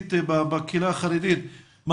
מרכזית בקהילה החרדית,